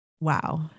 Wow